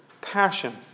passion